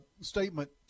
statement